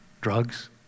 Drugs